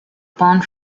bone